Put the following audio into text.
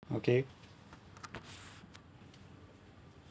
okay